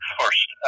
first